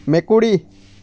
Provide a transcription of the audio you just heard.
মেকুৰী